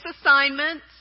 assignments